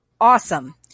Awesome